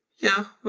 yeah,